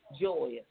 joyous